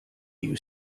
you